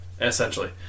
Essentially